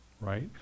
right